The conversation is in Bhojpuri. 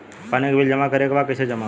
पानी के बिल जमा करे के बा कैसे जमा होई?